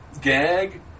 gag